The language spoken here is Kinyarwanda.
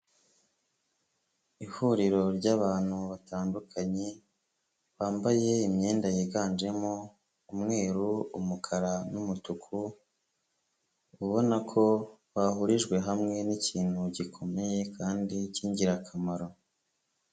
Ihuriro ryabantu batandukanye bambaye imyenda yiganjemo umweru, umukara n'umutuku, ubona ko bahurijwe hamwe n'ikintu gikomeye kandi cy'ingirakamaro.